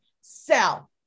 sell